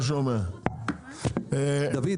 דוד,